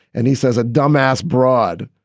and he says a dumb ass broad.